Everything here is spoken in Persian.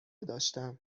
داشتم